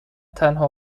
تنها